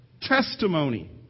testimony